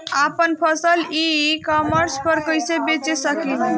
आपन फसल e commerce पर कईसे बेच सकिले?